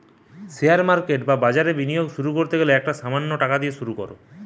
share market বা বাজারে বিনিয়োগ শুরু করতে গেলে একটা সামান্য টাকা দিয়ে শুরু করো